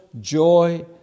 joy